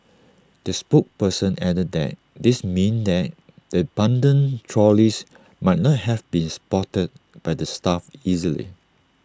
the spokesperson added that this meant that the abandoned trolleys might not have been spotted by the staff easily